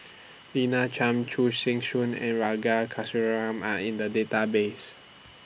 Lina Chiam Chu Chee Seng and Are in The Database